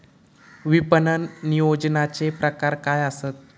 विपणन नियोजनाचे प्रकार काय आसत?